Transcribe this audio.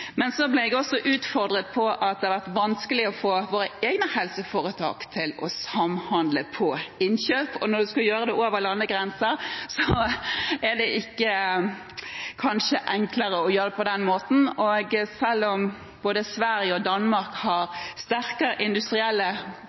Men så ble jeg også utfordret på at det har vært vanskelig å få våre egne helseforetak til å samhandle om innkjøp, og når en skal gjøre det over landegrenser, er det kanskje ikke enklere. Selv om både Sverige og Danmark har sterke industrielle